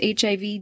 HIV